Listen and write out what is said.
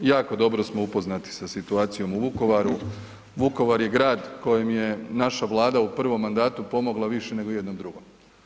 Jako dobro smo upoznati sa situacijom u Vukovaru, Vukovar je grad kojim je naša Vlada u prvom mandatu pomogla više nego u jednom drugom.